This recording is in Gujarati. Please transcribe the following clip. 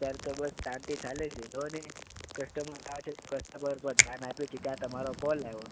અત્યારે તો બસ શાંતિ ચાલે છે જોવોને કસ્ટમર આવે છે તો કસ્ટમર પર ધ્યાન આપી છી ત્યાં તમારો કોલ આવ્યો